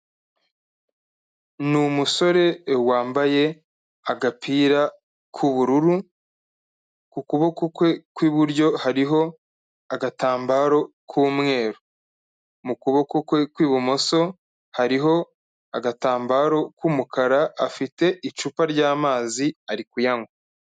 Ni umusore wambaye agapira k'ubururu, ku kuboko kwe kw'iburyo hariho agatambaro k'umweru, mu kuboko kwe kw'ibumoso hariho agatambaro k'umukara, afite icupa ry'amazi ari kuyanywa.